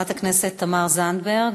חברת הכנסת תמר זנדברג,